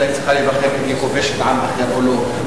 אלא היא צריכה להיבחן אם היא כובשת עם אחר או לא,